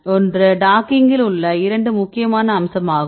ஒன்று டாக்கிங்கில் உள்ள இரண்டு முக்கியமான அம்சமாகும்